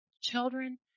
children